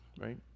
right